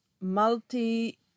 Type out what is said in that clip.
multi